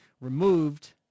removed